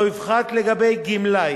לא יפחת, לגבי גמלאי